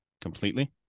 completely